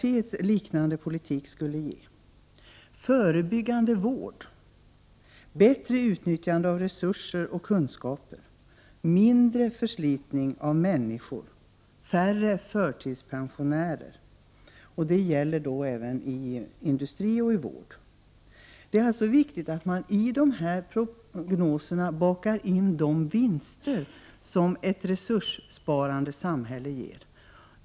Det handlar om förebyggande vård, bättre utnyttjande av resurser och kunskaper, mindre förslitning av människor och färre förtidspensionärer i både industri och vårdarbetet. Det är alltså viktigt att i prognoserna baka in de vinster som ett resurssparande samhälle ger.